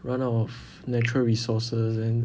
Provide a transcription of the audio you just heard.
run out of natural resources and